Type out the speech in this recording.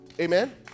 Amen